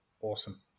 Awesome